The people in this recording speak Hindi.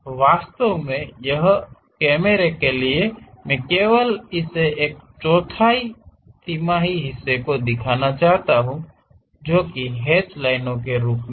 वास्तव में यहकैमरे के लिए मैं केवल इस एक चौथाई तिमाही हिस्से को दिखाना चाहता हूं जो कि हैचड लाइनों के रूप में है